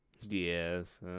Yes